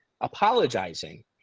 apologizing